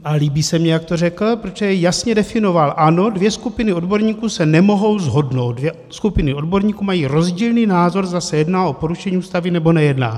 A líbí se mi, jak to řekl, protože jasně definoval ano, dvě skupiny odborníků se nemohou shodnout, dvě skupiny odborníků mají rozdílný názor, zda se jedná o porušení Ústavy, nebo nejedná.